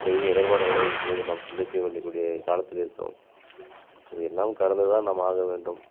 நிறைய இடர்பாடுகளை இப்பொழுது நாம் சந்திக்க வேண்டியிருக்க கூடிய காலத்தில் இருக்கிறோம் இதெல்லாம் கடந்துதான் நாம் ஆக வேண்டும்